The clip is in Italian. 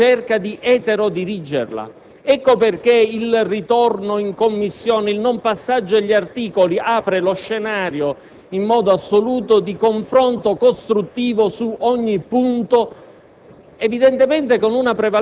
da fuori e di eterodirigerla. Ecco perché il ritorno in Commissione, il non passaggio agli articoli apre, in modo assoluto, lo scenario al confronto costruttivo su ogni punto,